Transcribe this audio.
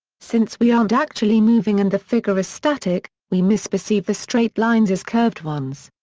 since we aren't actually moving and the figure is static, we misperceive the straight lines as curved ones.